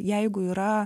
jeigu yra